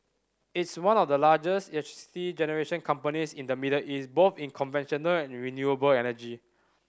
it's one of the largest electricity generation companies in the Middle East both in conventional and renewable energy